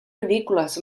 ridícules